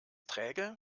träge